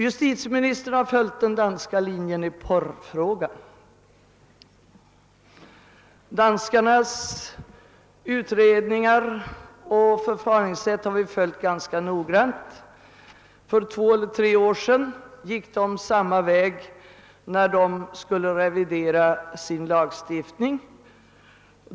Justitieministern har följt den danska linjen i porrfrågan. Danskarnas utredningar och förfaringssätt har vi följt ganska noggrant. För två eller tre år sedan gick danskarna samma väg när de skulle revidera sin lagstiftning.